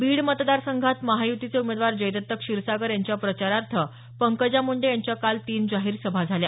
बीड मतदार संघात महायुतीचे उमेदवार जयदत्त क्षीरसागर यांच्या प्रचारार्थ पंकजा मुंडे यांच्या काल तीन जाहीर सभा झाल्या